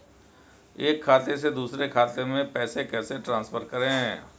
एक खाते से दूसरे खाते में पैसे कैसे ट्रांसफर करें?